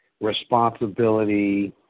responsibility